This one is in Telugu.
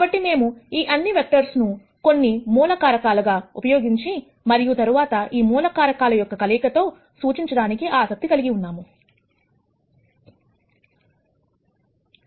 కాబట్టి మేము ఈ అన్నివెక్టర్స్ ను కొన్ని మూల కారకాలను ఉపయోగించి మరియు తరువాత ఈ మూలకారకాల యొక్క కలయికతో సూచించడానికి ఆసక్తి కలిగి ఉన్నాము